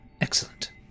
Excellent